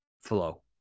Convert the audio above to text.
flow